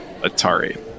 Atari